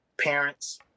parents